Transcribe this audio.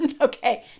Okay